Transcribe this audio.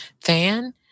fan